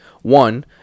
one